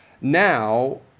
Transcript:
Now